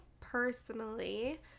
personally